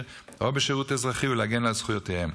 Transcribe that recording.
או בשירות אזרחי ולהגן על זכויותיהם.